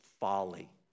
folly